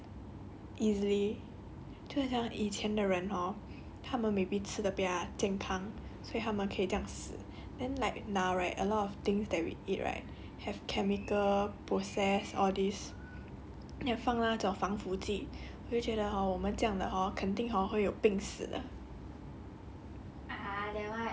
I feel like we cannot die like that easily 就很像以前的人 hor 他们 maybe 吃得比较健康所以他们可以这样死 then like now right a lot of things that we eat right have chemical process all this and 放那种防腐剂我就觉得 hor 我们这样 hor 肯定会有病死的